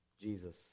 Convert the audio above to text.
Jesus